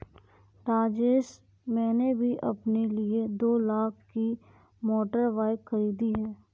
राजेश मैंने भी अपने लिए दो लाख की मोटर बाइक खरीदी है